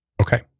Okay